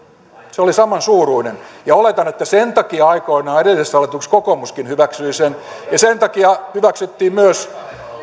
se oli samansuuruinen oletan että sen takia aikoinaan edellisessä hallituksessa kokoomuskin hyväksyi sen ja sen takia hyväksyttiin myös